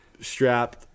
strapped